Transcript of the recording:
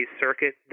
circuit